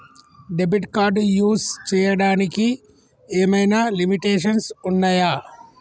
Debit card use చేయడానికి ఏమైనా limitations ఉన్నాయా?